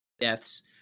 deaths